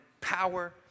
power